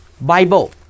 Bible